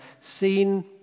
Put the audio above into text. seen